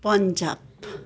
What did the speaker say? Punjab